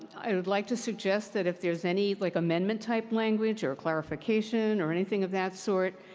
i would like to suggest that if there's any, like, amendments type language or clarification or anything of that sort,